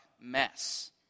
mess